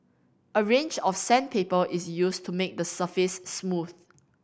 a range of sandpaper is used to make the surface smooth